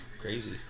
crazy